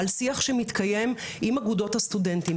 על שיח שמתקיים עם אגודות הסטודנטים.